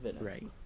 right